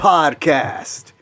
Podcast